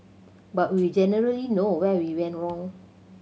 but we generally know where we went wrong